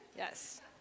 Yes